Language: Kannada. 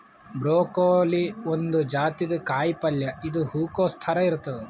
ಬ್ರೊಕೋಲಿ ಒಂದ್ ಜಾತಿದ್ ಕಾಯಿಪಲ್ಯ ಇದು ಹೂಕೊಸ್ ಥರ ಇರ್ತದ್